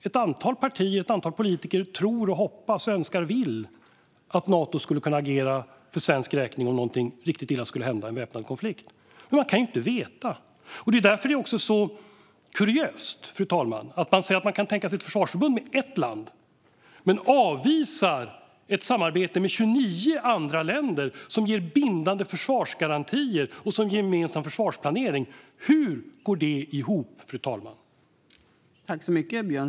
Ett antal partier och ett antal politiker tror, hoppas, önskar och vill att Nato skulle kunna agera för svensk räkning om någonting riktigt illa skulle hända och en väpnad konflikt. Men man kan inte veta. Fru talman! Det är därför som det är så kuriöst. Man säger att man kan tänka sig ett försvarsförbund med ett land men avvisar ett samarbete med 29 andra länder som ger bindande försvarsgarantier och gemensam försvarsplanering. Hur går det ihop, fru talman?